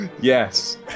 Yes